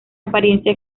apariencia